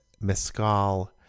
mescal